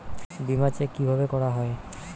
বিমা চেক কিভাবে করা হয়?